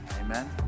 amen